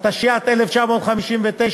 התשי"ט 1959 ,